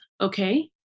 okay